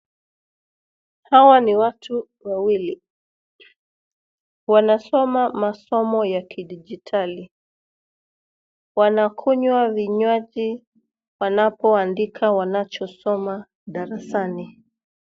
Hawa ni watu wawili wanasoma masomo ya kidigitali wanakunya vinywaaji wanapo andika wanachosoma darasani.